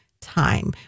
time